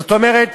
זאת אומרת,